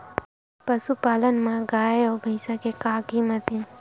पशुपालन मा गाय अउ भंइसा के का कीमत हे?